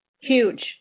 huge